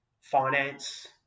finance